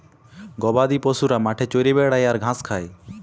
গবাদি পশুরা মাঠে চরে বেড়ায় আর ঘাঁস খায়